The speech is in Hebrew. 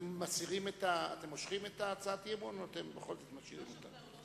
אתם מושכים את הצעת האי-אמון או אתם בכל זאת משאירים אותה?